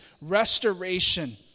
restoration